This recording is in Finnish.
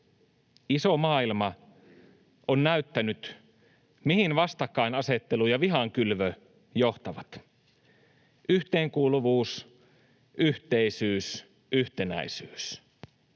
Iso maailma on näyttänyt, mihin vastakkainasettelu ja vihankylvö johtavat. ”Yhteenkuuluvuus”, ”yhteisyys”, ”yhtenäisyys”